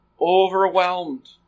overwhelmed